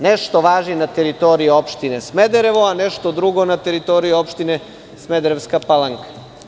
Nešto važi na teritoriji opštine Smederevo, a nešto drugo na teritoriji opštine Smederevska Palanka.